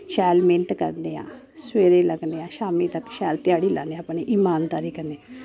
शैल मेह्नत करने आं सवेरे लग्गने आं शाम्मी तक शैल ध्याड़ी लान्ने आं अपने ईमानदारी कन्नै